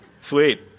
sweet